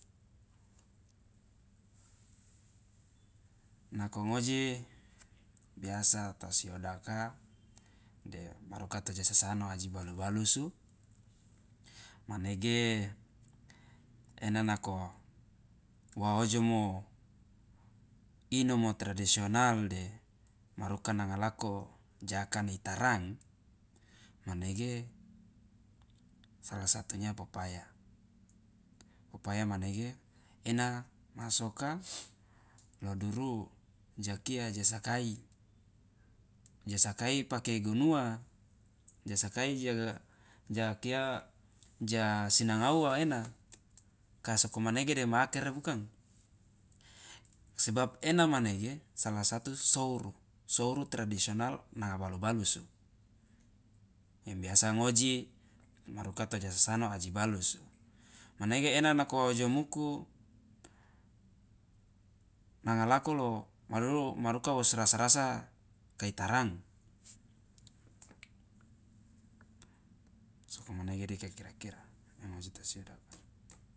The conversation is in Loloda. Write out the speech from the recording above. nako ngoji biasa ta siodaka de maruka toja sasano aji balu balusu manege ena nako wa ojomo inomo tradisional de maruka nanga lako jaakana itarang manege sala satunya popaya popaya manege ena ma soka lo duru ja kia jasakai jasakai pake igonuwa ja sakai ja kia sinanga uwa ena ka sokomanege dema akere bukang sebab ena manege sala satu souru souru tradisional nanga balu balusu yang biasa ngoji maruka toja sasano aji balusu manege ena nako wa ojomuku nanga lako lo maduru maruka wosrasa rasa kai tarang sokomanege dika kira kira yang ngoji tosiodaka.